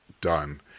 done